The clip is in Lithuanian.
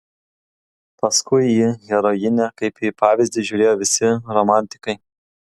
paskui į herojinę kaip į pavyzdį žiūrėjo visi romantikai